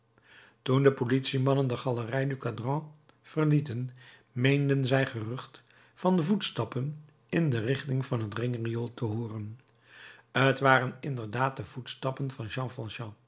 toen de politiemannen de galerij du cadran verlieten meenden zij gerucht van voetstappen in de richting van het ringriool te hooren t waren inderdaad de voetstappen van